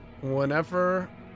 Whenever